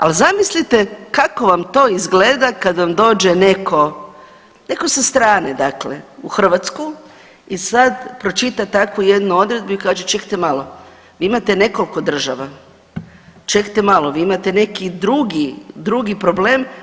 Al zamislite kako vam to izgleda kad vam dođe neko, neko sa strane dakle u Hrvatsku i sad pročita takvu jednu odredbu i kaže čekajte malo, vi imate nekoliko država, čekajte malo, vi imate neki drugi, drugi problem.